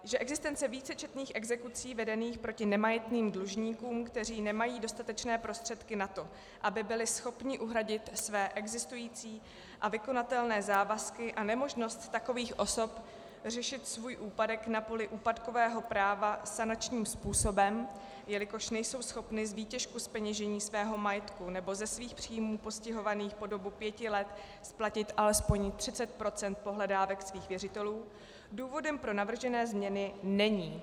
... že existence vícečetných exekucí vedených proti nemajetným dlužníkům, kteří nemají dostatečné prostředky na to, aby byli schopni uhradit své existující a vykonatelné závazky, a nemožnost takových osob řešit svůj úpadek na poli úpadkového práva sanačním způsobem, jelikož nejsou schopni z výtěžku zpeněžení svého majetku nebo ze svých příjmů postihovaných po dobu pěti let splatit alespoň 30 % pohledávek svých věřitelů, důvodem pro navržené změny není.